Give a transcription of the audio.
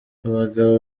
abagabo